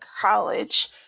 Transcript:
college